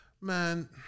man